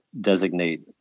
designate